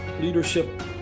leadership